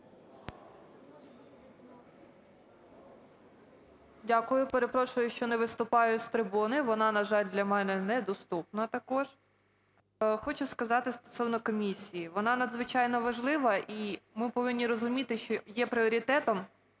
Дякую. Перепрошую, що не виступаю з трибуни, вона, на жаль, для мене недоступна також. Хочу сказати стосовно комісії, вона надзвичайно важлива, і ми повинні розуміти, що є пріоритетом